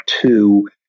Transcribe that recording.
two